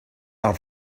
are